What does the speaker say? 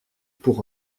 pour